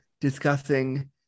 discussing